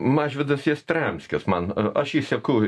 mažvydas jastramskis man aš jį seku